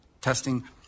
testing